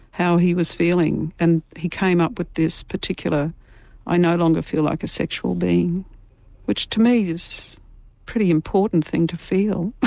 how he was feeling and he came up with this particular i no longer feel like a sexual being which to me is a pretty important thing to feel,